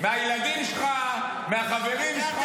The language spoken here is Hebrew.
מהילדים שלך, מהחברים שלך